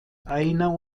einer